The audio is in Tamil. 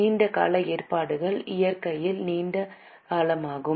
நீண்ட கால ஏற்பாடுகள் இயற்கையில் நீண்ட காலமாகும்